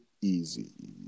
easy